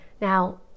Now